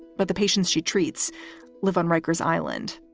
but the patients she treats live on riker's island.